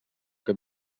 que